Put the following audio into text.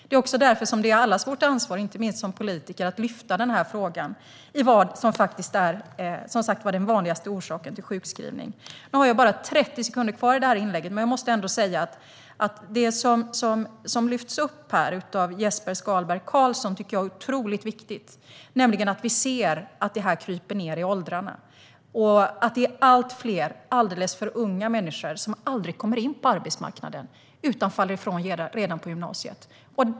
Det är därför som det är allas vårt ansvar, inte minst för oss som politiker, att lyfta upp denna fråga, som alltså är den vanligaste orsaken till sjukskrivning. Jag tycker att det som Jesper Skalberg Karlsson tog upp tidigare är otroligt viktigt. Vi ser att detta kryper nedåt i åldrarna och att allt fler alldeles för unga människor aldrig kommer in på arbetsmarknaden utan faller ifrån redan på gymnasiet.